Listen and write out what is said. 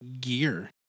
gear